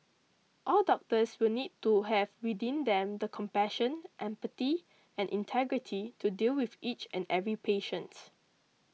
all doctors will need to have within them the compassion empathy and integrity to deal with each and every patient